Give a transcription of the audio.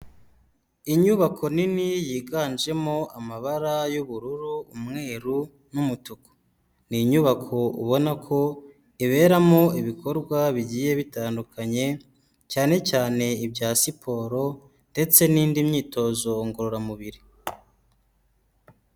Inyubako nini yiganjemo amabara y'ubururu, umweru n'umutuku, ni inyubako ubona ko iberamo ibikorwa bigiye bitandukanye, cyane cyane ibya siporo ndetse n'indi myitozo ngororamubiri.